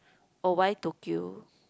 oh why Tokyo